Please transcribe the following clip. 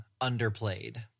underplayed